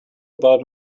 about